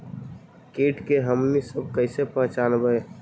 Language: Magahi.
किट के हमनी सब कईसे पहचनबई?